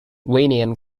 william